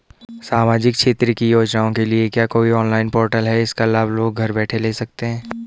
सामाजिक क्षेत्र की योजनाओं के लिए क्या कोई ऑनलाइन पोर्टल है इसका लाभ लोग घर बैठे ले सकते हैं?